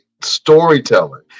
storytelling